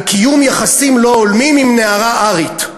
על קיום יחסים לא הולמים עם נערה ארית.